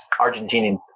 Argentinian